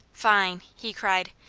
fine! he cried.